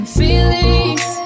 feelings